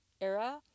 era